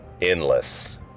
endless